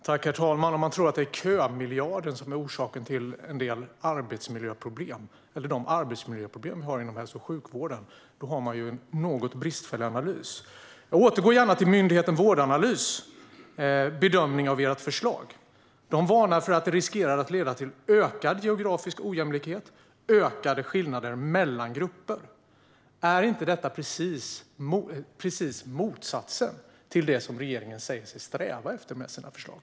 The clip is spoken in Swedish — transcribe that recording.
Herr talman! Om man tror att kömiljarden är orsaken till arbetsmiljöproblemen inom hälso och sjukvården har man gjort en något bristfällig analys. Jag återgår gärna till myndigheten Vårdanalys bedömning av ert förslag, Annika Strandhäll. De varnar för att det "riskerar att leda till ökad geografisk ojämlikhet och ökade skillnader mellan grupper". Är inte det precis motsatsen till det regeringen säger sig sträva efter med sina förslag?